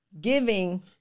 giving